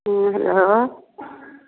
ह्म्म hello